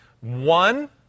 one